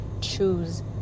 choose